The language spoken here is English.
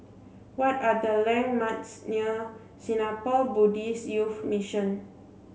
what are the landmarks near Singapore Buddhist Youth Mission